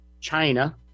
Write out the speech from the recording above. China